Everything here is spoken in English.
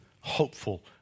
hopeful